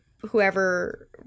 whoever